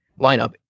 lineup